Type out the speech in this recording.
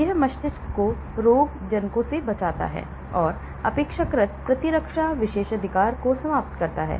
यह मस्तिष्क को रोगजनकों से बचाता है और अपेक्षाकृत प्रतिरक्षा विशेषाधिकार को समाप्त करता है